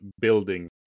Building